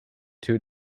two